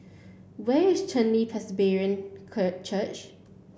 where is Chen Li Presbyterian Church